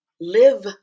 live